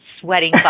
sweating